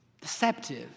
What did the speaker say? Deceptive